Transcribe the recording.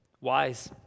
Wise